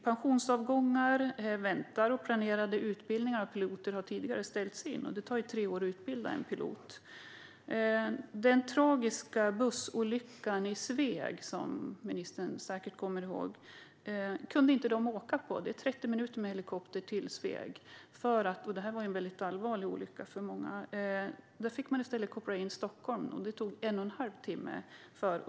Pensionsavgångar väntar, och planerade utbildningar av piloter har ställts in tidigare. Det tar tre år att utbilda en pilot. Polishelikoptern kunde inte åka till den tragiska bussolyckan i Sveg, som ministern säkert kommer ihåg. Det tar 30 minuter med helikopter till Sveg, och det var en väldigt allvarlig olycka. Man fick i stället koppla in Stockholm, varifrån det tog en och en halv timme.